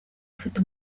afite